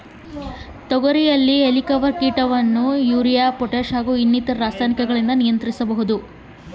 ತೋಗರಿಯಲ್ಲಿ ಹೇಲಿಕವರ್ಪ ಕೇಟವನ್ನು ಹೇಗೆ ನಿಯಂತ್ರಿಸಬೇಕು?